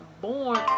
born